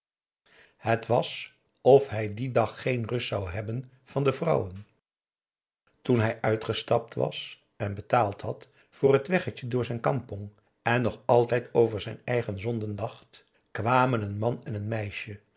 het was of hij dien dag geen rust zou hebben van de vrouwen toen hij uitgestapt was en betaald had voor het weggetje door zijn kampong en nog altijd over zijn eigen zonden dacht kwamen een man en een meisje